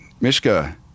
Mishka